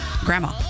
grandma